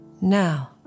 Now